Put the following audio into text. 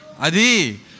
Adi